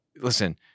Listen